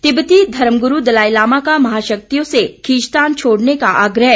तिब्बती धर्मगुरू दलाईलामा का माहशक्तियों से खीचंतान छोड़ने का आग्रह